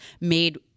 made